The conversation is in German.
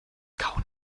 kauen